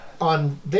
on